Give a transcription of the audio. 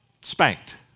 spanked